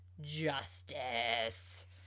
justice